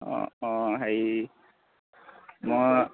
অঁ অঁ হেৰি মই